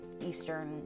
Eastern